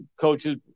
coaches